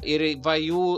ir i va jų